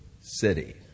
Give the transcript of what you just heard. city